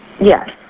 Yes